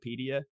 Wikipedia